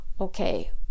okay